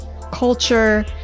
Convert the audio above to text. culture